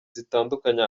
zitandukanye